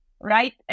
right